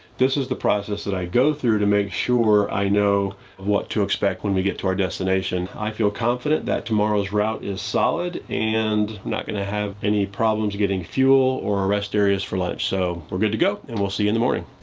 this is the process that i go through to make sure i know what to expect when we get to our destination. i feel confident that tomorrow's route is solid and not gonna have any problems getting fuel or rest areas for lunch. so we're good to go and we'll see you in the morning.